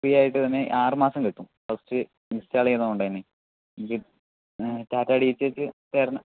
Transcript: free ആയിട്ട് തന്നെ ആറ് മാസം കിട്ടും ഫസ്റ്റ് ഇൻസ്റ്റാൾ ചെയ്യുന്നത് കൊണ്ട് തന്നെ ടാറ്റാ ഡി ടി എച് ചേർന്ന ആ